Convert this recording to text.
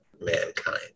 mankind